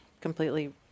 completely